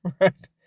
right